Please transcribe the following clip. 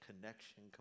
Connection